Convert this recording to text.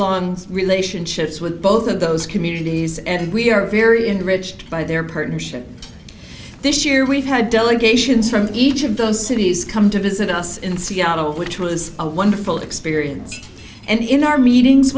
long relationships with both of those communities and we are very enriching by their partnership this year we've had delegations from each of those cities come to visit us in seattle which was a wonderful experience and in our meetings